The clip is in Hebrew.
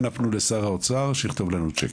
אנא פנו לשר האוצר שיכתוב לנו צ'ק.